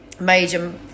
major